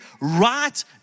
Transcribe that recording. right